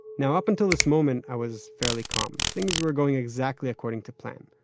now, up until this moment, i was fairly calm. things were going exactly according to plan.